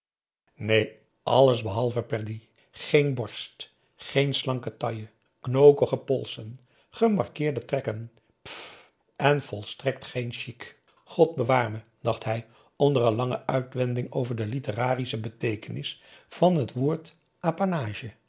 neen alles behalve perdrix geen borst geen slanke taille knokkige polsen gemarkeerde trekken pff en volstrekt geen chic god bewaar me dacht hij onder een lange uitweiding over de literarische beteekenis van het woord